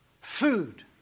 food